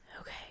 Okay